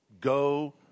go